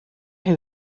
who